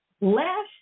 Last